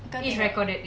cause